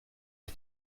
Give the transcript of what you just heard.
les